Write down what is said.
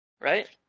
Right